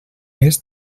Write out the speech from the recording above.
més